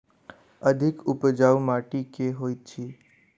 अधिक उपजाउ माटि केँ होइ छै?